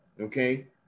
okay